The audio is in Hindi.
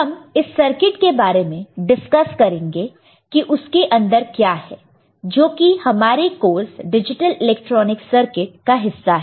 हम इस सर्किट के बारे में डिस्कस करेंगे कि उसके अंदर क्या है जो कि हमारे कोर्स डिजिटल इलेक्ट्रॉनिकस सर्किट का हिस्सा है